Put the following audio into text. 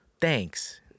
thanks